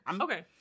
Okay